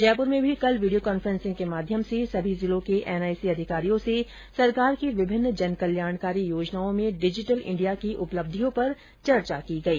जयपुर में भी कल वीडियो कांफेसिंग के माध्यम से सभी जिलों के एनआईसी अधिकारियों से सरकार की विभिन्न जनकल्याणकारी योजनाओं में डिजीटल इंडिया की उपलब्धियों पर चर्चा की गई